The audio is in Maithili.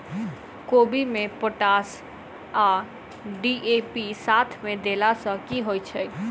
कोबी मे पोटाश आ डी.ए.पी साथ मे देला सऽ की होइ छै?